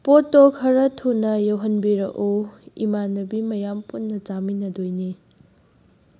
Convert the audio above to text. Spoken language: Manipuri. ꯄꯣꯠꯇꯣ ꯈꯔꯥ ꯊꯨꯅ ꯌꯧꯍꯟꯕꯤꯔꯛꯎ ꯏꯃꯥꯟꯅꯕꯤ ꯃꯌꯥꯝ ꯄꯨꯟꯅ ꯆꯥꯃꯤꯟꯅꯗꯣꯏꯅꯦ